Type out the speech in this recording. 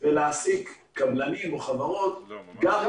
להעסיק קבלנים או חברות- -- זה